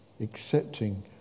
accepting